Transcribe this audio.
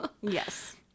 Yes